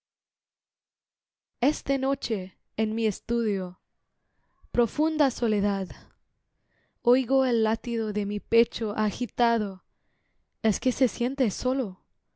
de noche en mi estudio profunda soledad oigo el latido de mi pecho agitado es que se siente sólo